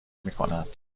میکند